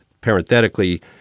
Parenthetically